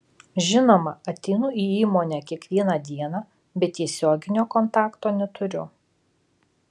žinoma ateinu į įmonę kiekvieną dieną bet tiesioginio kontakto neturiu